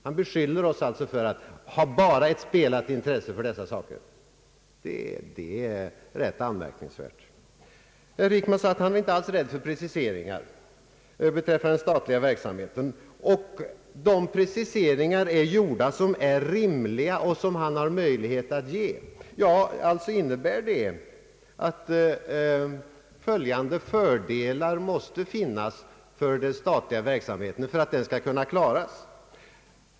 Han beskyller oss alltså för att endast ha ett spelat intresse för dessa frågor. Det är rätt anmärkningsvärt. Herr Wickman sade att han inte alls är rädd för preciseringar beträffande den statliga verksamheten, och att de preciseringar är gjorda som är rimliga och som han har möjlighet att göra. Det innebär alltså att följande fördelar måste finnas för att den statliga verksamheten skall kunna klaras.